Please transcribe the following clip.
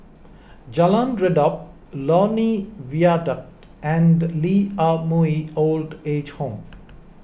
Jalan Redop Lornie Viaduct and Lee Ah Mooi Old Age Home